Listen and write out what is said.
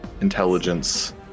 intelligence